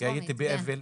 בקריאה הטרומית, כן.